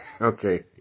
Okay